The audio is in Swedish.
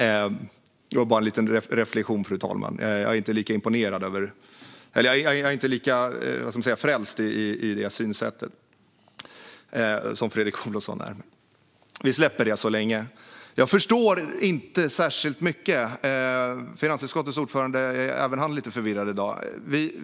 Detta var bara en liten reflektion, fru talman. Jag är inte lika frälst på detta synsätt som Fredrik Olovsson är. Vi släpper det så länge. Jag förstår inte särskilt mycket; även finansutskottets ordförande är lite förvirrad i dag.